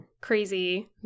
crazy